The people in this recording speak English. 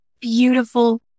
beautiful